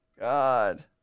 God